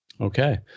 Okay